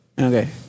Okay